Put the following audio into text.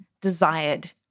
desired